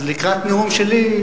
אז לקראת נאום שלי,